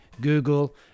google